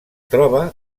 troba